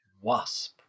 Wasp